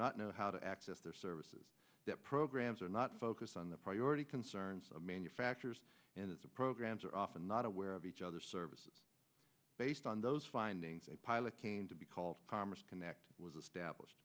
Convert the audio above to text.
not know how to access their services that programs are not focused on the priority concerns of manufacturers and it's a programs are often not aware of each other services based on those findings a pilot came to be called commerce connect was established